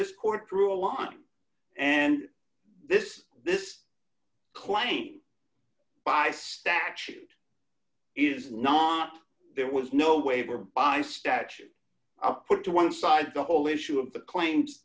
this court threw a line and this this claim by statute is not there was no waiver by statute i put to one side the whole issue of the claims